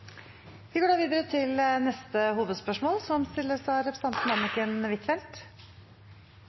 Vi går videre til neste hovedspørsmål. På enkeltområder går utviklingen av